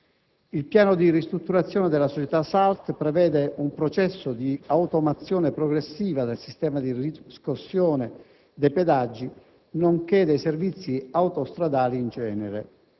Il piano di ristrutturazione della società SALT prevede un processo di automazione progressiva del sistema di riscossione dei pedaggi nonché dei servizi autostradali in genere.